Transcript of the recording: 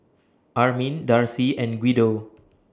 Armin Darcy and Guido